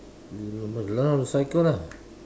you will know learn how to cycle lah